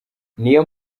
niyo